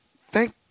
thank